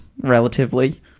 relatively